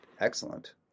excellent